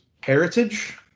Heritage